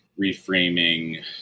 reframing